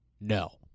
No